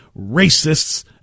racists